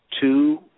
Two